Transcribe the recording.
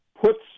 puts